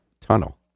tunnel